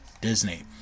Disney